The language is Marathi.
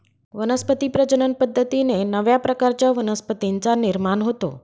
वनस्पती प्रजनन पद्धतीने नव्या प्रकारच्या वनस्पतींचा निर्माण होतो